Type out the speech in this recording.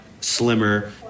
slimmer